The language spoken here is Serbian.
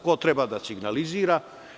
Ko treba da signalizira?